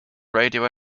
radio